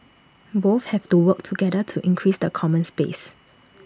both have to work together to increase the common space